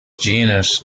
genus